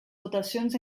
dotacions